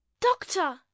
Doctor